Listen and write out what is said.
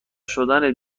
شدن